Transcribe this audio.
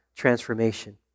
transformation